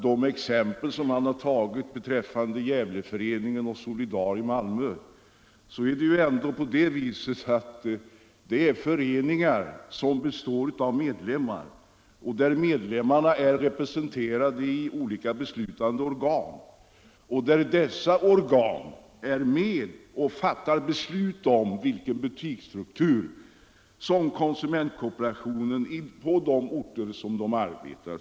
De exempel som han tagit fram, Gävleföreningen och Solidar i Malmö, är nämligen föreningar som består av medlemmar och där medlemmarna är representerade i olika beslutande organ. Dessa organ är med och fattar beslut om vilken butiksstruktur som konsumentkooperationen på resp. orter skall ha.